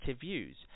views